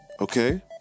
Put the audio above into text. okay